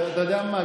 אתה יודע מה,